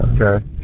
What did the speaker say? Okay